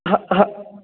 ਹਾਂ ਹਾਂ